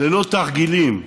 ללא תרגילים,